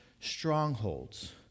strongholds